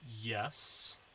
Yes